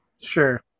Sure